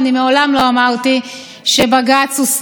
וקראתי את הנאום מתחילתו ועד סופו,